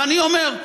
ואני אומר,